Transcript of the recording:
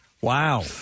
Wow